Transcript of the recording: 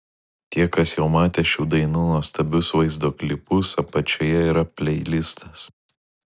tie kas jau matė šių dainų nuostabius vaizdo klipus apačioje yra pleilistas